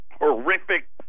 horrific